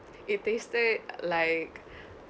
if they say like